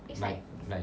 like like